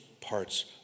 parts